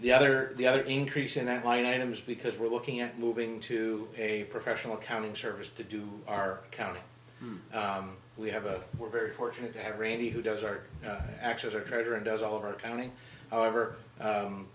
the other the other increase in that line items because we're looking at moving to a professional counting service to do our county we have a we're very fortunate to have randy who does our actions or character and does all of our counting however